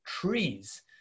trees